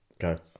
Go